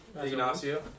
Ignacio